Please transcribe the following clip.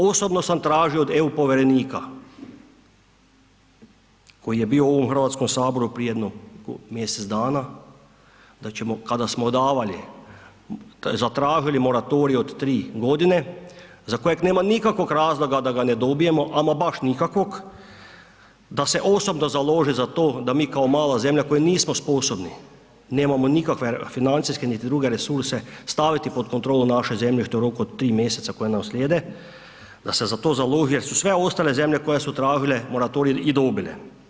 Osobno sam tražio od EU povjerenika koji je bio u ovom HS-u prije jedno mjesec dana da ćemo, kada smo davali, zatražili moratorij od 3 godine za kojeg nema nikakvog razloga da ga ne dobijemo, ama baš nikakvog, da se osobno založi za to da mi kao mala zemlja koji nismo sposobni, nemamo nikakve financijske niti druge resurse staviti pod kontrolu naše zemljište u roku od 3 mjeseca koje nam slijede, da se za to založi jer su sve ostale zemlje koje su tražile moratorij i dobile.